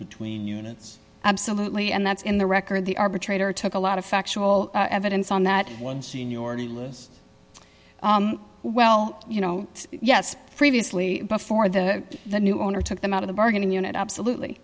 between units absolutely and that's in the record the arbitrator took a lot of factual evidence on that one seniority list well you know it's yes previously but for the the new owner took them out of the bargain in unit absolutely